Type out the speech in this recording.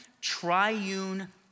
triune